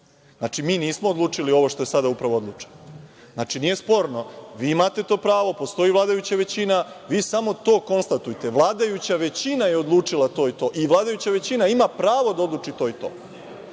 Znači, mi nismo odlučili ovo što je sada upravo odlučeno. Nije sporno, vi imate to pravo, postoji vladajuća većina. Vi samo to konstatujte – vladajuća većina je odlučila to i to i vladajuća većina ima pravo da odluči to i to.